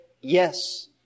yes